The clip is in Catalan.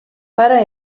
para